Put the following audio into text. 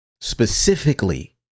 Specifically